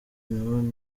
imibonano